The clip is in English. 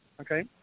Okay